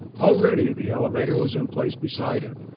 already the elevator was in place beside it,